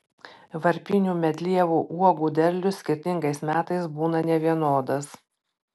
varpinių medlievų uogų derlius skirtingais metais būna nevienodas